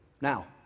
Now